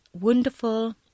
wonderful